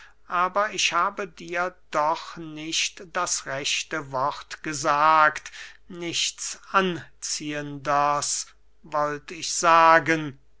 aber ich habe dir doch nicht das rechte wort gesagt nichts anziehenders wollt ich sagen